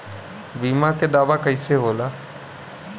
बीमा के दावा कईसे होला?